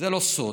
זה לא סוד.